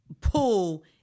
pull